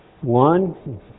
one